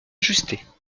ajustées